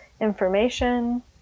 information